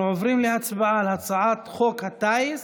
אנחנו עוברים להצבעה על הצעת חוק הטיס